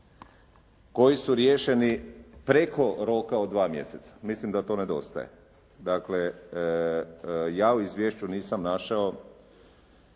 koji su riješeni preko roka od 2 mjeseca. Mislim da to nedostaje. Dakle, ja u izvješću nisam našao